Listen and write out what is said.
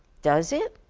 does it?